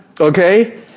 Okay